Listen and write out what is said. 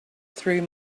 through